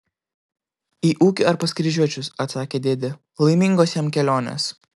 į ūkį ar pas kryžiuočius atsakė dėdė laimingos jam kelionės